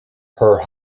her